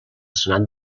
senat